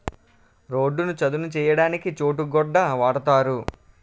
రోడ్డును చదును చేయడానికి చోటు గొడ్డ వాడుతారు